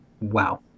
wow